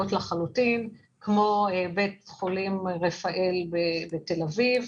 לחלוטין כמו בית חולים רפאל בתל אביב,